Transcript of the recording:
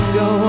go